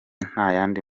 ntayandi